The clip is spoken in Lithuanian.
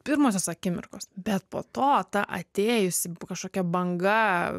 pirmosios akimirkos bet po to ta atėjusi kažkokia banga